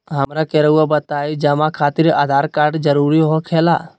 हमरा के रहुआ बताएं जमा खातिर आधार कार्ड जरूरी हो खेला?